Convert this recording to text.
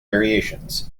variations